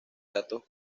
datos